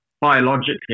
biologically